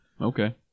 okay